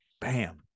bam